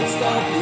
Stop